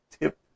tip